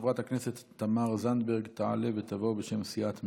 חברת הכנסת תמר זנדברג תעלה ותבוא, בשם סיעת מרצ,